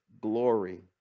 glory